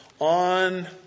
on